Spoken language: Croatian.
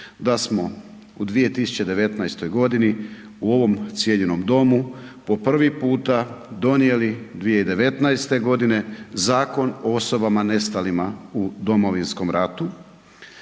da smo u 2019. godini u ovom cijenjenom domu po prvi puta donijeli 2019. godine Zakon o osobama nestalim u Domovinskom ratu,